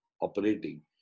operating